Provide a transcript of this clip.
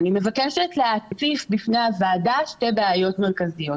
אני מבקשת להציף בפני הוועדה שתי בעיות מרכזיות.